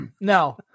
No